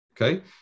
Okay